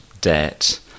debt